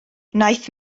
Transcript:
wnaeth